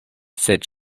sed